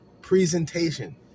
presentation